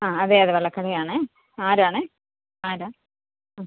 ആ അതെ അതെ വളക്കടയാണ് ആരാണ് ആരാ ആ